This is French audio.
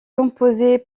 composée